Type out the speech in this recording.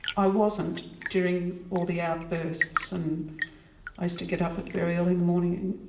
i wasn't during all the outbursts and i used to get up but very early in the morning,